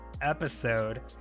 episode